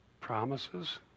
promises